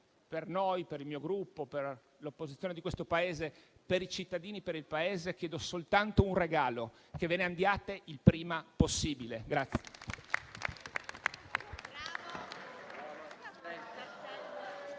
per noi, per il mio Gruppo, per l'opposizione di questo Paese, per i cittadini e per il Paese chiedo soltanto un regalo: che ve ne andiate il prima possibile.